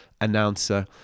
announcer